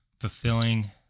fulfilling